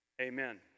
Amen